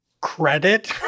credit